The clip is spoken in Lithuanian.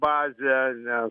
bazę nes